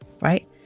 right